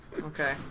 Okay